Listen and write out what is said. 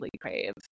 crave